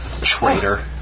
Traitor